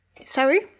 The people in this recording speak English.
sorry